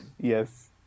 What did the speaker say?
Yes